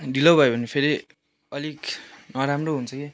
ढिलो भयो भने फेरि अलिक नराम्रो हुन्छ है